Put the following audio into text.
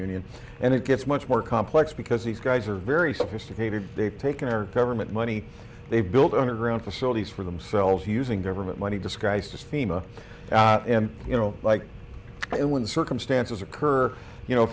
union and it gets much more complex because these guys are very sophisticated day taking our government money they build underground facilities for themselves using government money disguised as fema you know like when circumstances occur you know